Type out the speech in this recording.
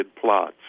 plots